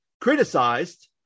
criticized